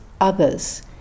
others